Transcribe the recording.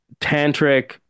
tantric